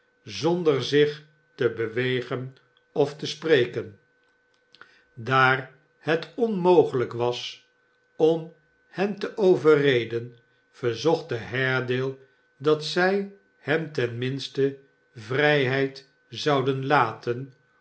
zonder zich te bewegen of te spreken daar het onmogelijk was om hen te overreden verzocht haredale lat zij hem ten minste vrijheid zouden laten